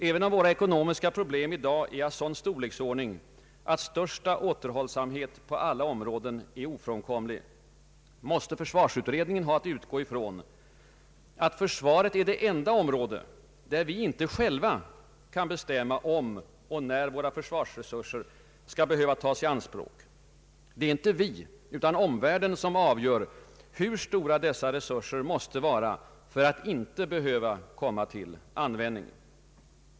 även om våra ekonomiska problem i dag är av sådan storleksordning, att största återhållsamhet på alla områden är ofrånkomlig, måste försvarsutredningen ha att utgå från, att försvaret är det enda område, där vi inte själva kan bestämma om och när våra försvarsresurser skall behöva tas i anspråk. Det är inte vi utan omvärlden, som avgör hur stora dessa resurser måste vara för att inte behöva komma till användning.